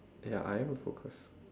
ya I am focused